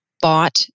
bought